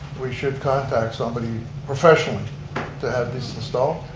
we should contact somebody professionally to have these installed?